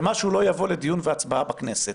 שמשהו לא יבוא לדיון והצבעה בכנסת.